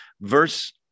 Verse